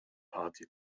party